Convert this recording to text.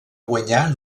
guanyar